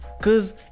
Cause